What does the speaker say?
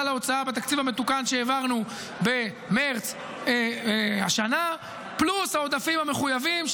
ההוצאה בתקציב המתוקן שהעברנו במרץ השנה פלוס העודפים המחויבים,